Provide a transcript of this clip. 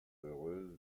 heureuse